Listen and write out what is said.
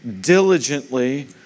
diligently